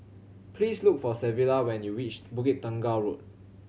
please look for Savilla when you reach Bukit Tunggal Road